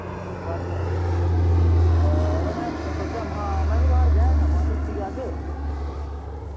अच्छा घर गैं यरा मैं सोचा हा महां मैं वी घर गैं महा छुट्टी ऐ अज्ज